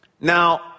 Now